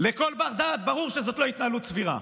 לכל בר-דעת ברור שזאת לא התנהלות סבירה,